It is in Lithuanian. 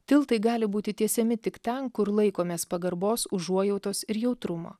tiltai gali būti tiesiami tik ten kur laikomės pagarbos užuojautos ir jautrumo